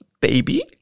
Baby